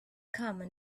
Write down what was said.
common